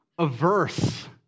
averse